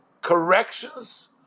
corrections